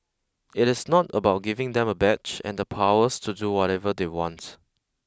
it is not about giving them a badge and the powers to do whatever they want